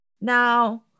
Now